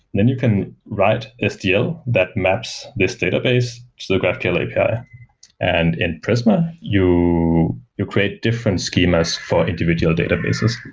then you can write sdl that maps this database to the graphql api. in and in prisma, you you create different schemas for individual databases.